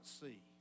see